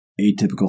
atypical